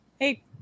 hey